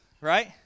Right